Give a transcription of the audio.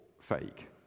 fake